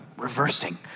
reversing